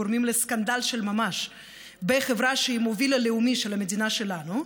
גורמים לסקנדל של ממש בחברה שהיא המוביל הלאומי של המדינה שלנו.